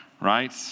Right